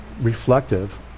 reflective